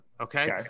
okay